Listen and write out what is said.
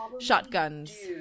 Shotguns